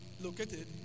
located